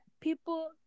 people